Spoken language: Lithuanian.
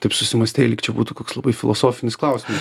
taip susimąstei lyg čia būtų koks labai filosofinis klausimas